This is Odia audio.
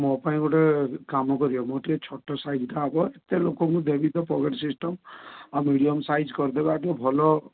ମୋ ପାଇଁ ଗୋଟେ କାମ କରିବେ ମୁଁ ଟିକେ ଛୋଟ ସାଇଜଟା ଆଗ ଏତେ ଲୋକଙ୍କୁ ଦେବି ତ ପକେଟ ସିଷ୍ଟମ ଆଉ ମିଡିୟମ୍ ସାଇଜ୍ କରିଦେବେ ଆଉ ଟିକେ ଭଲ